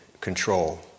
control